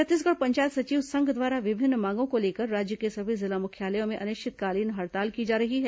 छत्तीसगढ़ पंचायत सचिव संघ द्वारा विभिन्न मांगों को लेकर राज्य के सभी जिला मुख्यालयों में अनिश्चितकालीन हड़ताल की जा रही है